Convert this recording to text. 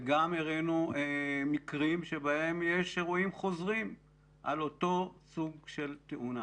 גם הראינו מקרים בהם יש אירועי חוזרים על אותו סוג של תאונה.